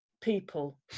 people